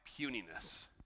puniness